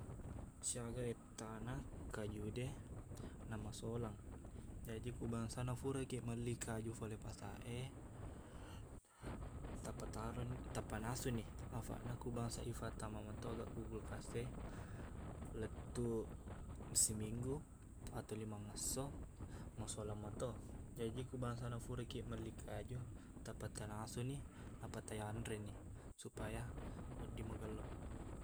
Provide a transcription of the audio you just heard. Siaga ettana kajude na masolang jaji ku bangsana furakiq melli kaju fole pasaq e tapataron- tapanasuni afaqna ku bangsa ifatama meto aga ku kulkas e lettuq siminggu ato limang ngesso masolang meto jaji ku bangsana furakiq melli kaju tappa tanasuni nappa tayanreni supaya wedding magelloq